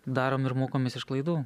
darom ir mokomės iš klaidų